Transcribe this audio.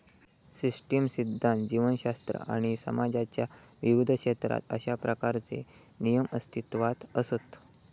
system सिध्दांत, जीवशास्त्र आणि समाजाच्या विविध क्षेत्रात अशा प्रकारचे नियम अस्तित्वात असत